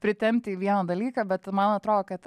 pritempti į vieną dalyką bet man atrodo kad